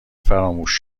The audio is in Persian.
فراموش